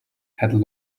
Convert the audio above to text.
had